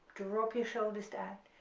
drop your shoulders down,